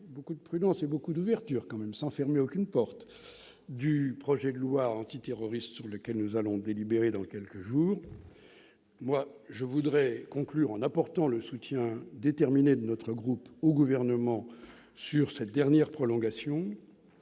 beaucoup de prudence et d'ouverture, sans fermer aucune porte, relatif au projet de loi antiterroriste sur lequel nous allons délibérer dans quelques jours. Je tiens à apporter le soutien déterminé de notre groupe au Gouvernement sur cette dernière prolongation.